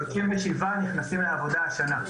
37 נכנסים לעבודה השנה.